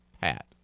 Pat